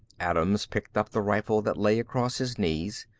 adams picked up the rifle that lay across his knees.